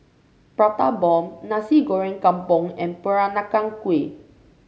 Prata Bomb Nasi Goreng Kampung and Peranakan Kueh